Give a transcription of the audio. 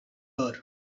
her